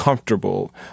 comfortable